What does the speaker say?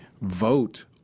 vote